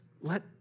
let